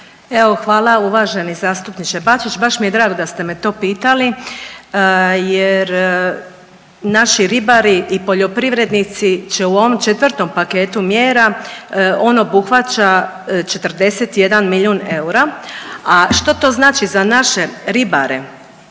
hvala uvaženi zastupniče Bačić. Baš mi je drago da ste me to pitali jer naši ribari i poljoprivrednici će u ovom 4. paketu mjera, on obuhvaća 41 milijun eura, a što to znači za naše ribare